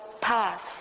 path